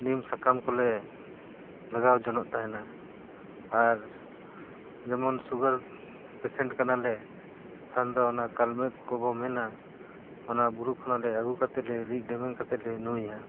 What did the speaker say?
ᱱᱤᱢ ᱥᱟᱠᱟᱢ ᱠᱚᱞᱮ ᱞᱟᱜᱟᱣ ᱡᱚᱱᱚᱜ ᱛᱟᱦᱮᱱᱟ ᱟᱨ ᱡᱮᱢᱚᱱ ᱥᱩᱜᱟᱨ ᱯᱮᱥᱮᱱᱴ ᱠᱟᱱᱟᱞᱮ ᱠᱷᱟᱱ ᱫᱚ ᱚᱱᱟ ᱠᱟᱞᱢᱮᱠ ᱠᱚᱵᱚ ᱢᱮᱱᱟ ᱚᱱᱟ ᱵᱩᱨᱩ ᱠᱷᱚᱱᱟᱜ ᱞᱮ ᱟᱹᱜᱩ ᱠᱟᱛᱮ ᱞᱮ ᱨᱤᱫ ᱞᱮᱢᱮᱧ ᱠᱟᱛᱮ ᱞᱮ ᱧᱩᱭᱟ